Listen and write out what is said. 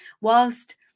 whilst